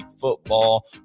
football